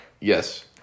Yes